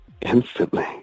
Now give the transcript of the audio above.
instantly